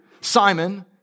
Simon